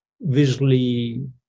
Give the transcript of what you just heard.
visually